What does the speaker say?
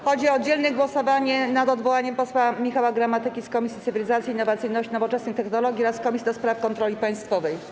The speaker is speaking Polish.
Chodzi o oddzielne głosowanie nad odwołaniem posła Michała Gramatyki z Komisji Cyfryzacji, Innowacyjności i Nowoczesnych Technologii oraz Komisji do Spraw Kontroli Państwowej.